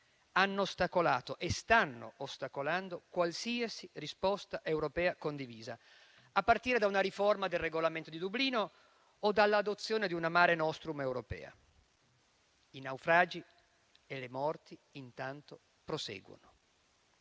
hanno ostacolato e stanno ostacolando qualsiasi risposta europea condivisa, a partire da una riforma del regolamento di Dublino o dall'adozione di una Mare Nostrum europea. I naufragi e le morti intanto proseguono.